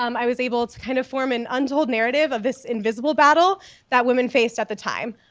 um i was able to kind of form an untold narrative of this invisible battle that women faced at the time,